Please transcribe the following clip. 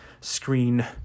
screen